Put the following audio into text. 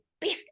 best